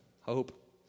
hope